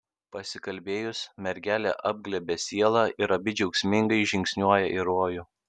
pasikalbėjus mergelė apglėbia sielą ir abi džiaugsmingai žingsniuoja į rojų